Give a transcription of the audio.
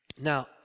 now